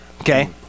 Okay